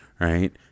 right